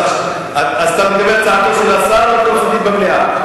אתה מקבל את הצעתו של השר או מבקש במליאה?